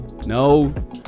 No